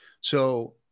So-